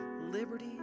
liberty